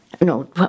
No